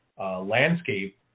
landscape